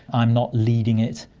i'm not leading it,